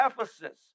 Ephesus